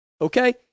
okay